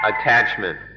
attachment